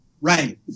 right